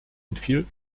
entfiel